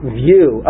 view